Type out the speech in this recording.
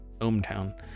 hometown